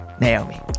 Naomi